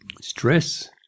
stress